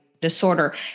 disorder